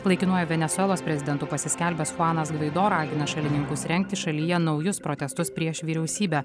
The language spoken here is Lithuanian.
laikinuoju venesuelos prezidentu pasiskelbęs chuanas gvaido ragina šalininkus rengti šalyje naujus protestus prieš vyriausybę